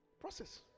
Process